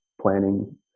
planning